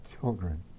children